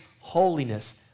holiness